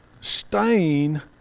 stain